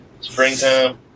Springtime